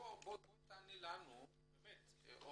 שאנחנו לא -- תעני לנו את או